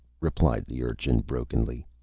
replied the urchin, brokenly.